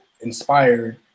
inspired